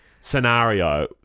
scenario